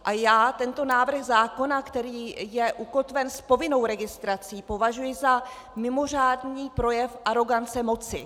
A já tento návrh zákona, který je ukotven s povinnou registrací, považuji za mimořádný projev arogance moci.